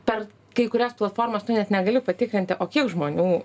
per kai kurias platformas tu net negali patikrinti o kiek žmonių